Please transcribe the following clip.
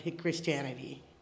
christianity